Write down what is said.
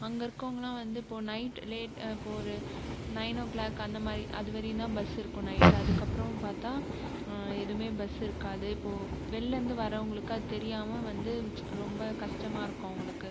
அங்கே இருக்கோவுங்கலாம் வந்து இப்போது நைட் லேட் இப்போது ஒரு நயன் ஓ கிளாக் அந்தமாதிரி அது வரையும் தான் பஸ் இருக்கும் நைட்டு அதுக்கப்புறம் பார்த்தா எதுவுமே பஸ் இருக்காது இப்போது வெளிலேந்து வரவங்களுக்கு அது தெரியாமல் வந்து ரொம்ப கஷ்டமாக இருக்கும் அவங்களுக்கு